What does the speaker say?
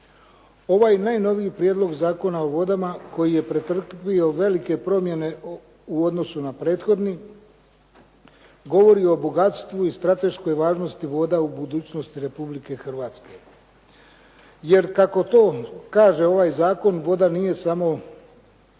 Ovaj najnoviji Prijedlog Zakona o vodama koji je pretrpio velike promjene u odnosu na prethodni, govori o bogatstvu i strateškoj važnosti voda u budućnosti Republike Hrvatske. Jer kako to kaže ovaj zakon, voda nije samo